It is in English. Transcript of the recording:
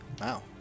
Wow